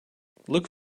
look